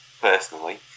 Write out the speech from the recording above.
personally